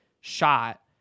shot